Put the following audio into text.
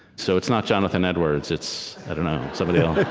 so it's not jonathan edwards it's i don't know somebody else